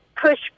push